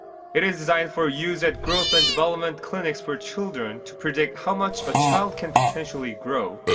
it is designed for use at growth and development clinics for children. to predict how much a child can potentially grow.